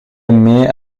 aimé